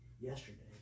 yesterday